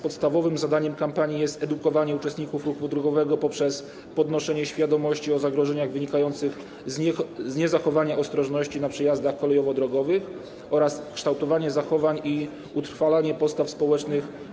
Podstawowym zadaniem kampanii jest edukowanie uczestników ruchu drogowego poprzez podnoszenie świadomości o zagrożeniach wynikających z niezachowania ostrożności na przejazdach kolejowo-drogowych oraz kształtowanie zachowań i utrwalanie pożądanych postaw społecznych.